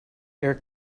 air